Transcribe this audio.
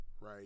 right